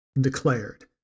declared